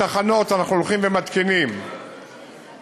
בתחנות אנחנו הולכים ומתקינים ציוד,